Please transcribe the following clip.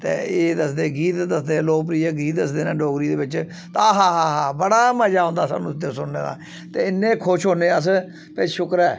ते एह् दस्सदे गीत दस्सदे लोक प्रिय गीत दस्सदे ने डोगरी दे बिच्च आहा हा हा बड़ा मजा औंदा साह्नू इत्थै सुनने दा ते इ'न्ने खुश होन्ने अस भाई शुकर ऐ